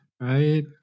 right